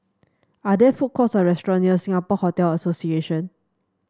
are there food courts or restaurant near Singapore Hotel Association